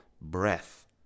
breath